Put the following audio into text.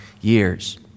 years